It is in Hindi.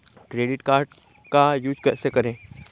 क्रेडिट कार्ड का यूज कैसे करें?